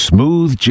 Smooth